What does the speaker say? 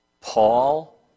Paul